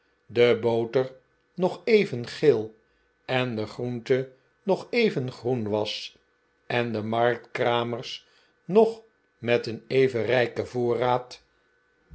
de boter nog even geel en de groente nog even groen was en de marktkramers nog met een even rijken voorraad